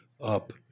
up